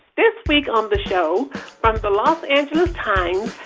this week on the show, from the los angeles times,